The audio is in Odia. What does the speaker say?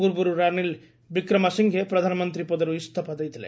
ପୂର୍ବରୁ ରାନିଲ ବିକ୍ରମାସିଂଘେ ପ୍ରଧାନମନ୍ତ୍ରୀ ପଦରୁ ଇଞ୍ଚଫା ଦେଇଥିଲେ